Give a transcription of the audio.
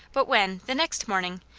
but when, the next morning,